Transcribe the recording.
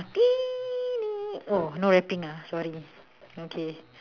oh no rapping ah sorry okay